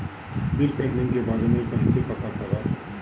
Bill pending के बारे में कईसे पता करब?